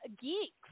geeks